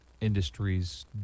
industries